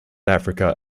africa